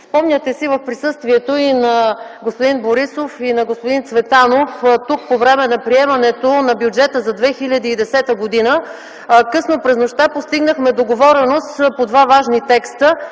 Спомняте си, че в присъствието на господин Борисов и на господин Цветанов тук по време на приемането на бюджета за 2010 г. късно през нощта постигнахме договореност по два важни текста: